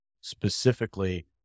Specifically